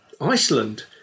Iceland